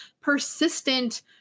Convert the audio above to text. persistent